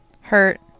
hurt